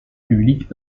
publics